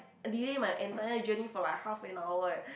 delay my entire journey for like half and hour eh